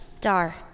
Dar